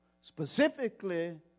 Specifically